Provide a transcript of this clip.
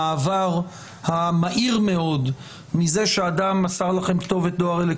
המעבר המהיר מאוד מזה שאדם מסר לכם כתובת דוא"ל,